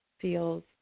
feels